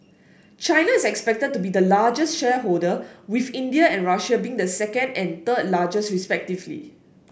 China is expected to be the largest shareholder with India and Russia being the second and third largest respectively